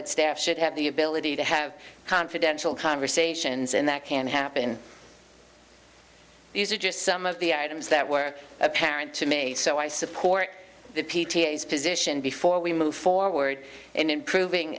it staff should have the ability to have confidential conversations and that can happen these are just some of the items that were apparent to me so i support the p t s position before we move forward and improving